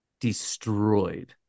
destroyed